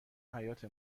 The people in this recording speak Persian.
حیاط